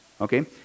Okay